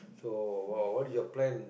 so wh~ what is your plan